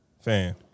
Fan